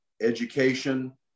education